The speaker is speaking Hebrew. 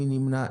מי נמנע?